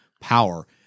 power